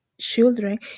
children